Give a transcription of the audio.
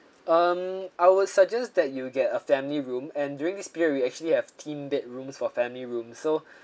um I would suggest that you'll get a family room and during this period we actually have theme bedrooms for family room so